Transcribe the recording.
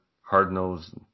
hard-nosed